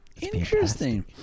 Interesting